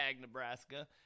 Nebraska